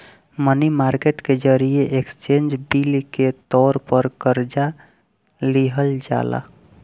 मनी market के जरिए exchange bill के तौर पर कर्जा लिहल जाला